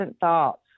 thoughts